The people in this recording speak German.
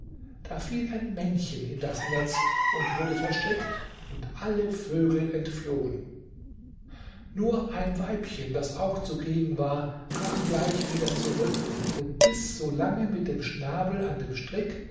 da fiel ein männchen in das netz und wurde verstrickt und alle vögel entflohen nur ein weibchen das auch zugegen war kam gleich wieder zurück und biß solange mit dem schnabel an dem strick